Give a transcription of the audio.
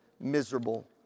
miserable